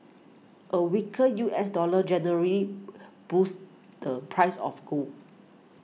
a weaker U S dollar generally boosts the price of gold